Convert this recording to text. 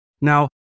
Now